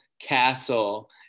castle